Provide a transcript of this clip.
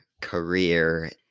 career